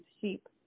sheep